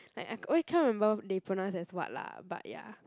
like I always cannot remember they pronounce as what lah but ya